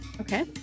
Okay